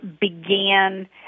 began